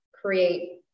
create